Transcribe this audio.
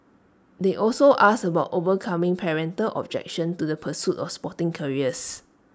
they also asked about overcoming parental objection to the pursuit of sporting careers